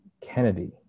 Kennedy